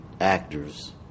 actors